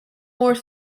more